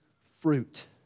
fruit